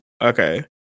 Okay